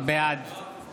בעד